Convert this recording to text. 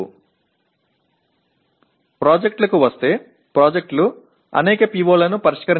இப்போது திட்டங்களுக்கு வரும்போது திட்டங்கள் பல P